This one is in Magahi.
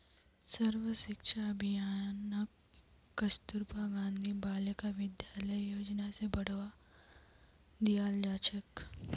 सर्व शिक्षा अभियानक कस्तूरबा गांधी बालिका विद्यालय योजना स बढ़वा दियाल जा छेक